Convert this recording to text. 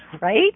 Right